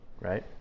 right